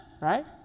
right